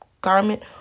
garment